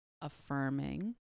affirming